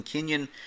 Kenyon